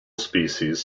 species